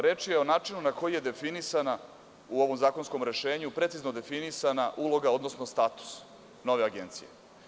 Reč je o načinu na koji je definisana u ovom zakonskom rešenju, precizno definisana uloga, odnosno status nove agencije.